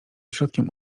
środkiem